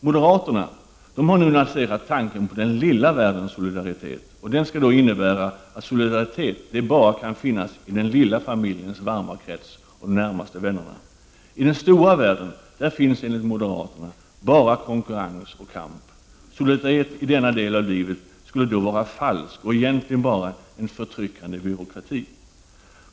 Moderaterna har nu lanserat tanken på den lilla världens solidaritet. Den innebär att solidaritet bara kan finnas i den lilla familjens varma krets. I den stora världen där finns enligt moderaterna bara konkurrens och kamp. Solidaritet i denna del av livet är då falsk och egentligen bara en förtryckande byråkrati.